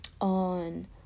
on